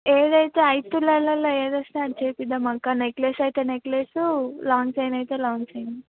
ఏదయితే ఐదు తులాలలో ఎదొస్తే అది చేయిద్దాం అక్కా నెక్లెస్ అయితే నెక్లెస్సు లాంగ్ చైన్ అయితే లాంగ్ చైను